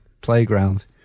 playground